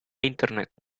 internet